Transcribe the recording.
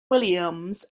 williams